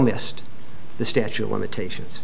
missed the statue of limitations